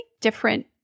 different